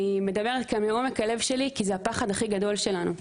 אני מדברת כאן מעומק הלב שלי כי זה הפחד הכי גדול שלנו.